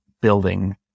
building